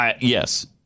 yes